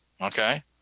Okay